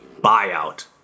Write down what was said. buyout